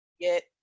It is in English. get